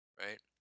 right